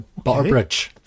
Butterbridge